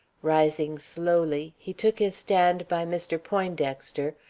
rising slowly, he took his stand by mr. poindexter,